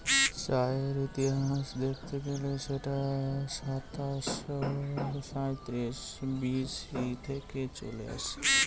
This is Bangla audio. চায়ের ইতিহাস দেখতে গেলে সেটা সাতাশো সাঁইত্রিশ বি.সি থেকে চলে আসছে